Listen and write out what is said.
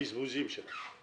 הבאתי את הדוגמה היותר קשה.